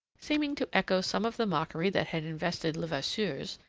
seeming to echo some of the mockery that had invested levasseur's,